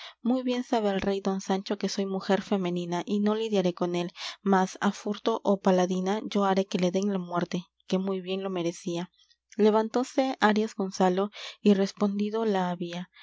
muy bien sabe el rey don sancho que soy mujer femenina y no lidiaré con él mas á furto ó paladina yo haré que le dén la muerte que muy bien lo merecía levantóse arias gonzalo y respondido la había